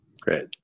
Great